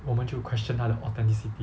我们就 question 他的 authenticity